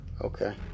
Okay